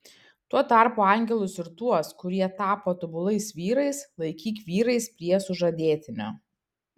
tuo tarpu angelus ir tuos kurie tapo tobulais vyrais laikyk vyrais prie sužadėtinio